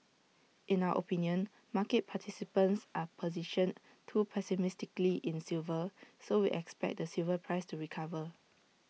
in our opinion market participants are positioned too pessimistically in silver so we expect the silver price to recover